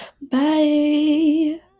Bye